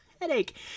headache